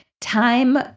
time